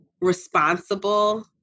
responsible